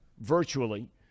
virtually